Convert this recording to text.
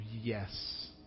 yes